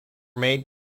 made